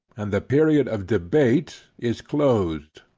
and the period of debate is closed.